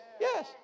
yes